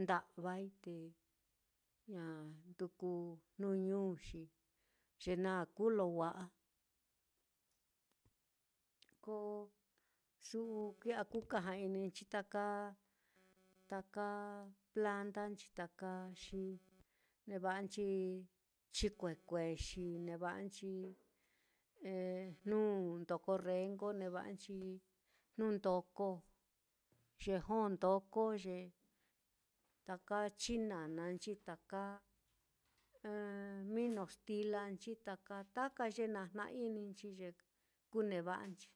nda'vai, te ña nduku jnuñu xi ye naa kuu lo wa'a ko su'u ki'a ku kaja-ininchi taka taka plantanchi taka, xi neva'anchi chikue kuexi, neva'anchi jnu ndoko renko neva'anchi jnu ndo ye jo ndoko ye taka chinana nchi, taka mino stila nchi, taka taka ye naá jna-ininchi ye kuneva'anchi.